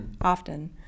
often